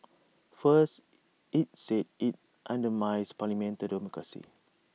first IT said IT undermines parliamentary democracy